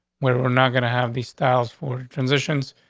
we're not gonna have these styles for transitions,